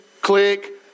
Click